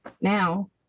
now